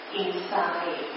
inside